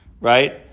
right